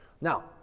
Now